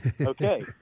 okay